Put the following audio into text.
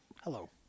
Hello